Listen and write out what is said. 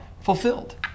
fulfilled